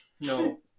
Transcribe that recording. No